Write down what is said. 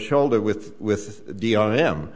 shoulder with with d on him